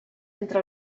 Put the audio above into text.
entre